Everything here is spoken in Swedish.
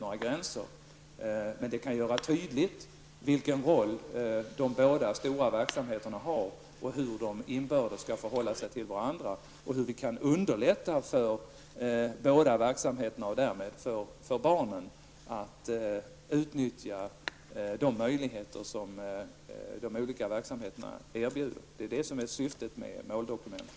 Däremot kan det innebära att det blir tydligt vilken roll de här båda stora verksamheterna har samt hur de inbördes skall förhålla sig till varandra och hur vi kan underlätta för båda verksamheterna, och därmed även för barnen, när det gäller att utnyttja de möjligheter som de olika verksamheterna erbjuder. Det är syftet med måldokumentet.